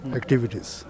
activities